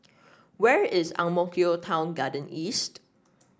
where is Ang Mo Kio Town Garden East